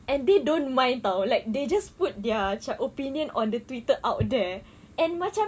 and they don't mind [tau] like they just put their macam opinion on the twitter out there and macam